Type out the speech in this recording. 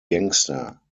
gangster